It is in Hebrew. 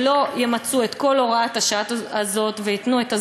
שלא ימצו את כל הוראת השעה הזאת וייתנו את הזמן,